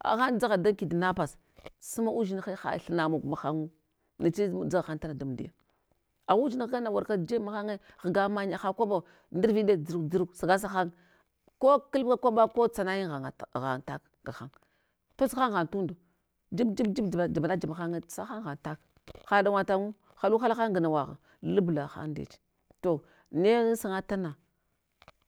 Aghaham dzagha dan kidnappers, sun udzinhe ha thina mog mahan'ngu, neche dzagha han tana damdiya, agha udzinhana warka jeb mahanye ghga manye haha kwaɓo ndarviɗe dzurk, dzurk sagasa han, ko klabka kwaɓa ko tsanayin hangi hang tak ga hang tofs ghang, ghang tunda, jig, jig, jig jaman, jamana jama hange tsahan ghan tak, ha ɗangwa taningu, haluhala han gnawagha, lablahan ndeche, to ne sanga tana,